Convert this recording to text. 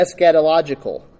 eschatological